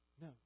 No